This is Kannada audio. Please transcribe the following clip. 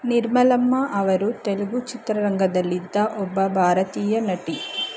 ನಿರ್ಮಲಮ್ಮ ಅವರು ತೆಲುಗು ಚಿತ್ರರಂಗದಲ್ಲಿದ್ದ ಒಬ್ಬ ಭಾರತೀಯ ನಟಿ